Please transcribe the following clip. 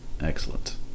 excellent